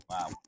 Wow